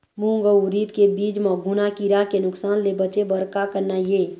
मूंग अउ उरीद के बीज म घुना किरा के नुकसान ले बचे बर का करना ये?